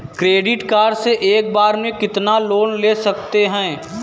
Credit card से एक बार में कितना लोन ले सकते हैं?